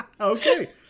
Okay